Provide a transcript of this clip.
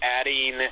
adding